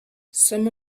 some